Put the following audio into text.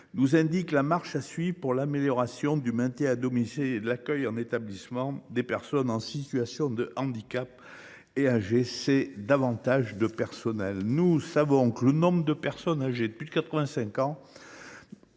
nous indiquent la marche à suivre pour l’amélioration du maintien à domicile et de l’accueil en établissement des personnes en situation de handicap et âgées : cela passe d’abord par davantage de personnel. Nous savons que le nombre de personnes âgées de plus de 85 ans